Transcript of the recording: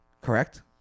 correct